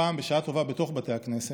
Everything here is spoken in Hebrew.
הפעם, בשעה טובה, בתוך בית הכנסת,